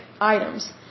items